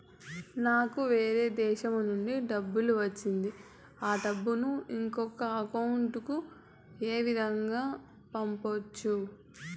నాకు వేరే దేశము నుంచి డబ్బు వచ్చింది ఆ డబ్బును ఇంకొక అకౌంట్ ఏ విధంగా గ పంపొచ్చా?